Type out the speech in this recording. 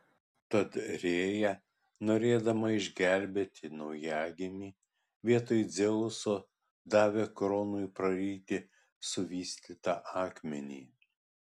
tad rėja norėdama išgelbėti naujagimį vietoj dzeuso davė kronui praryti suvystytą akmenį